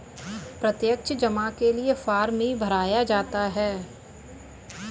प्रत्यक्ष जमा के लिये फ़ार्म भी भराया जाता है